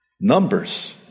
Numbers